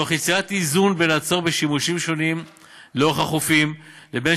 תוך יצירת איזון בין הצורך בשימושים שונים לאורך החופים לבין